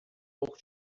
pouco